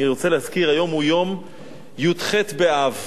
אני רוצה להזכיר שהיום הוא יום י"ח באב.